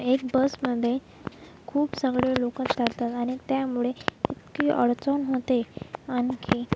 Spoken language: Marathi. एक बसमध्ये खूप सगळे लोक चढतात आणि त्यामुळे इतकी अडचण होते आणखी